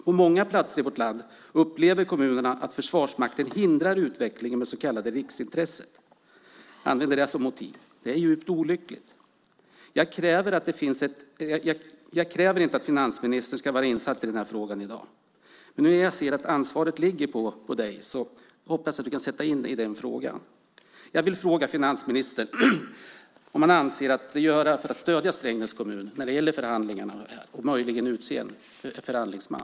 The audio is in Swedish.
På många platser i vårt land upplever kommunerna att Försvarsmakten hindrar utvecklingen genom att använda det så kallade riksintresset som motiv. Det är djupt olyckligt. Jag kräver inte att finansministern ska vara insatt i den här frågan i dag, men nu när jag ser att ansvaret ligger på honom hoppas jag att han kan sätta sig in i den frågan. Jag vill fråga finansministern vad han avser att göra för att stödja Strängnäs kommun när det gäller förhandlingarna om detta och om han möjligen kan utse en förhandlingsman.